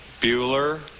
Bueller